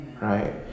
right